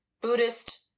Buddhist